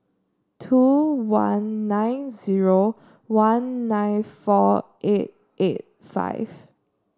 two one nine zero one nine four eight eight five